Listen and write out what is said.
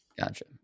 Gotcha